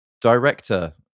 Director